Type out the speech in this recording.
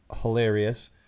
Hilarious